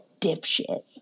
dipshit